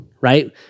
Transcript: Right